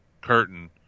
curtain